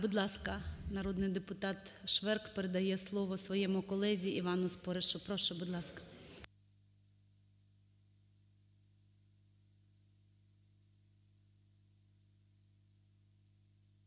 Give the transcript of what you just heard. Будь ласка, народний депутат Шверк передає слово своєму колезі Івану Споришу. Прошу, будь ласка.